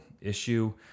issue